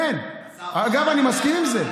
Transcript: אני מסכים עם זה.